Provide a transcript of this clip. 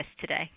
today